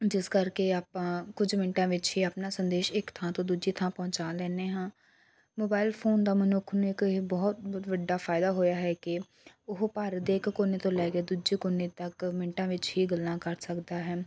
ਜਿਸ ਕਰਕੇ ਆਪਾਂ ਕੁਝ ਮਿੰਟਾਂ ਵਿੱਚ ਹੀ ਆਪਣਾ ਸੰਦੇਸ਼ ਇੱਕ ਥਾਂ ਤੋਂ ਦੂਜੀ ਥਾਂ ਪਹੁੰਚਾ ਲੈਂਦੇ ਹਾਂ ਮੋਬਾਇਲ ਫੋਨ ਦਾ ਮਨੁੱਖ ਨੇ ਕੋਈ ਬਹੁਤ ਵੱਡਾ ਫਾਇਦਾ ਹੋਇਆ ਹੈ ਕਿ ਹ ਭਾਰਤ ਦੇ ਇੱਕ ਕੋਨੇ ਤੋਂ ਲੈ ਕੇ ਦੂਜੇ ਕੋਨੇ ਤੱਕ ਮਿੰਟਾਂ ਵਿੱਚ ਹੀ ਗੱਲਾਂ ਕਰ ਸਕਦਾ ਹੈ